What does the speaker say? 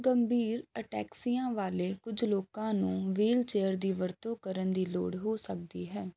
ਗੰਭੀਰ ਅਟੈਕਸੀਆਂ ਵਾਲੇ ਕੁਝ ਲੋਕਾਂ ਨੂੰ ਵ੍ਹੀਲਚੇਅਰ ਦੀ ਵਰਤੋਂ ਕਰਨ ਦੀ ਲੋੜ ਹੋ ਸਕਦੀ ਹੈ